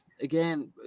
again